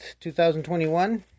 2021